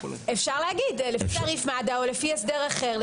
אפשר להגיד לפי תעריף מד"א או לפי הסדר אחר,